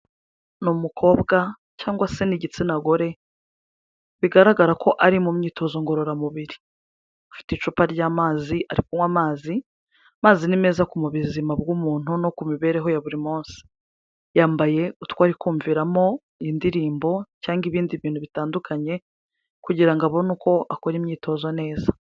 Ni umukobwa cyangwa se ni igitsina gore, bigaragara ko ari mu myitozo ngororamubiri, afite icupa ry'amazi ari kunywa amazi, amazi ni meza mu buzima bw'umuntu no ku mibereho ya buri munsi, yambaye utwo ari kumviramo indirimbo cyangwa ibindi bintu bitandukanye kugira ngo abone uko akora imyitozo neza.